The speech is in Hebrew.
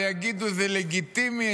ויגידו שזה לגיטימי,